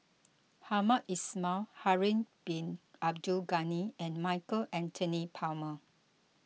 Hamed Ismail Harun Bin Abdul Ghani and Michael Anthony Palmer